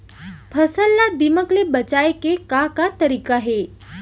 फसल ला दीमक ले बचाये के का का तरीका हे?